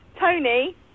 Tony